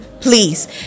Please